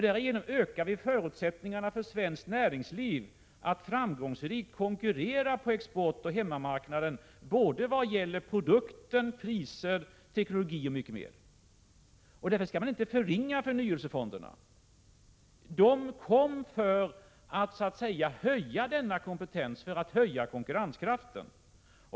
Därigenom ökar vi förutsättningarna för svenskt näringsliv att framgångsrikt konkurrera på exportoch hemmamarknaden när det gäller produkter, priser, teknologi och mycket mer. Därför skall man inte förringa betydelsen av förnyelsefonderna. De kom till för att så att säga höja denna kompetens, för att öka konkurrenskraften.